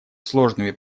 сложными